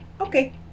Okay